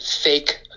fake